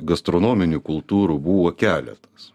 gastronominių kultūrų buvo keletas